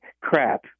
crap